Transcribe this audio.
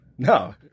No